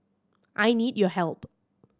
I need your help